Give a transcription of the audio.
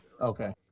okay